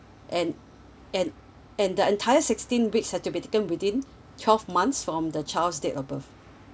and and and the entire sixteen weeks have to be taken within twelve months from the child's date of birth